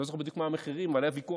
הוא התחיל להגיד שהיה פרסום עיתונאי,